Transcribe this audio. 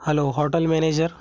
hello hotel manager